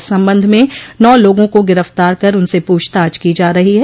इस संबंध में नौ लोगों को गिरफ़्तार कर उनसे पूछताछ की जा रही है